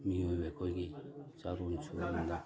ꯃꯤꯑꯣꯏꯕ ꯑꯩꯈꯣꯏꯒꯤ ꯆꯥꯔꯣꯟ ꯁꯨꯔꯣꯟꯗ